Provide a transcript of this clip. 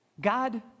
God